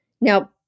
Now